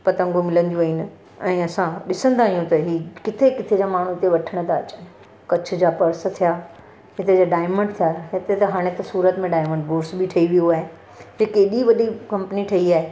पतंगूं मिलंदियूं आहिनि ऐं असां ॾिसंदा आहियूं त हीउ किथे किथे जा माण्हू हिते वठण था अचनि कच्छ जा पर्स थिया हिते जा डायमंड थिया हिते त हाणे सूरत में डायमंड बोर्स बि ठही वियो आहे हिते केॾी वॾी कंपनी ठही आहे